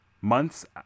months